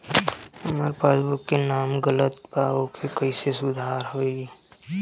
हमार पासबुक मे नाम गलत बा ओके कैसे सुधार होई?